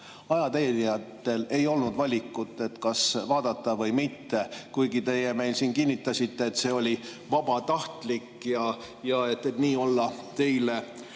Ajateenijatel ei olnud valikut, kas vaadata või mitte, kuigi teie kinnitasite, et see oli vabatahtlik, et nii olla teile